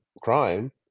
crime